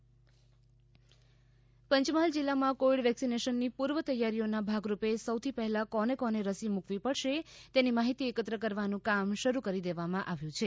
Godhra covid vaccine Panchmahal જિલ્લામાં covid વેક્સિનેશનની પૂર્વ તૈયારીઓના ભાગરૂપે સૌથી પહેલા કોને કોને રસી મૂકવી પડશે તેની માહિતી એકત્ર કરવાનુ કામ શરૂ કરી દેવામાં આવ્યું છે